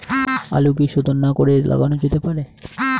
আলু কি শোধন না করে লাগানো যেতে পারে?